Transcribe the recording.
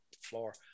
floor